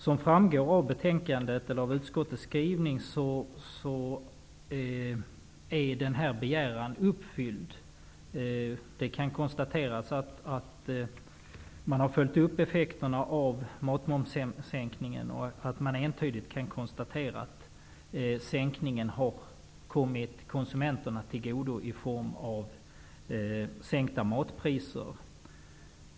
Som framgår av utskottets skrivning i betänkandet har denna begäran uppfyllts. Det kan konstateras att man har följt upp effekterna av sänkningen av matmomsen, och man har entydigt kunnat konstatera att sänkningen har kommit konsumenterna till godo i form av sänkta matpriser.